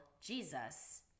jesus